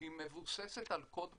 היא מבוססת על קוד פתוח.